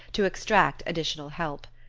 to extract additional help.